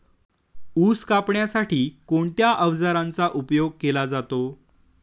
ऊस कापण्यासाठी कोणत्या अवजारांचा उपयोग केला जातो?